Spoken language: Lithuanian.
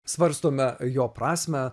svarstome jo prasmę